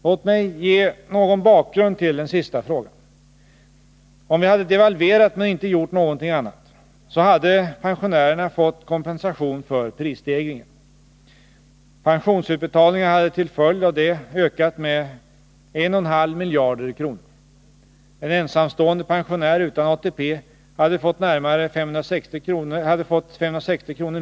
Låt mig ge någon bakgrund till den sista frågan. Om vi hade devalverat meninte gjort någonting annat, så hade pensionärerna fått kompensation för prisstegringen. Pensionsutbetalningarna hade till följd av det ökat med 1,5 miljarder kronor. En ensamstående pensionär utan ATP hade fått 560 kr.